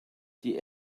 die